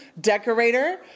Decorator